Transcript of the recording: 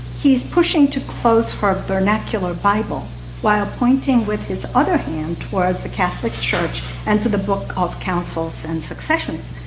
he's pushing to close her vernacular bible while pointing with his other hand towards the catholic church and to the book of councils and successions,